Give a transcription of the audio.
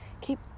keep